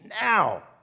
now